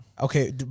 Okay